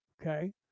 okay